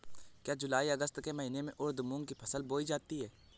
क्या जूलाई अगस्त के महीने में उर्द मूंग की फसल बोई जाती है?